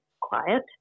quiet